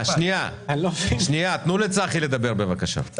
תנו לצחי לדבר בבקשה,